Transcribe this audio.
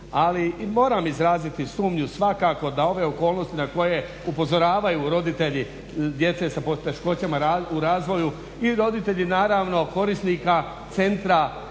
Ali i moram izraziti sumnju svakako da ove okolnosti na koje upozoravanju roditelji djece sa poteškoćama u razvoju, i roditelji naravno korisnika centra